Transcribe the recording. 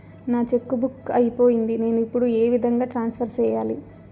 నా cheque book అయిపోయింది నేను ఇప్పుడు ఏ విధంగా ట్రాన్స్ఫర్ సేయాలి?